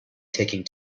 taking